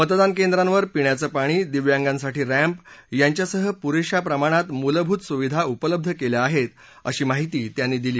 मतदान केंद्रांवर पिण्याचं पाणी दिव्यांगांसाठी रॅम्प यांच्यासह पुरधी प्रमाणात मूलभूत सुविधा उपलब्ध कव्विग आहती असं त्यांनी सांगितलं